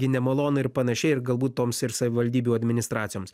gi nemalonu ir panašiai ir galbūt toms ir savivaldybių administracijoms